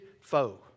foe